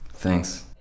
Thanks